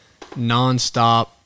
nonstop